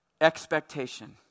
expectation